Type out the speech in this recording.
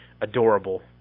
adorable